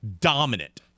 Dominant